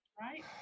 Right